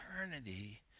eternity